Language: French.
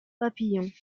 papillons